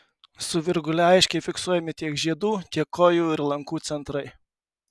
su virgule aiškiai fiksuojami tiek žiedų tiek kojų ir lankų centrai